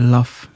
Love